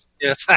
Yes